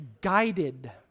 guided